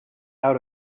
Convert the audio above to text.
out